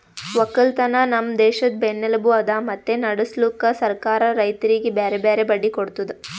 ಒಕ್ಕಲತನ ನಮ್ ದೇಶದ್ ಬೆನ್ನೆಲುಬು ಅದಾ ಮತ್ತೆ ನಡುಸ್ಲುಕ್ ಸರ್ಕಾರ ರೈತರಿಗಿ ಬ್ಯಾರೆ ಬ್ಯಾರೆ ಬಡ್ಡಿ ಕೊಡ್ತುದ್